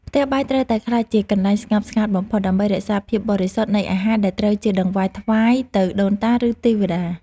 ផ្ទះបាយត្រូវតែក្លាយជាកន្លែងស្ងប់ស្ងាត់បំផុតដើម្បីរក្សាភាពបរិសុទ្ធនៃអាហារដែលត្រូវជាដង្វាយថ្វាយទៅដូនតាឬ ទេវតា។